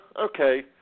okay